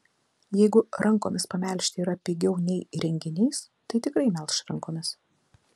jeigu rankomis pamelžti yra pigiau nei įrenginiais tai tikrai melš rankomis